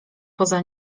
poza